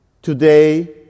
Today